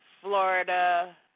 Florida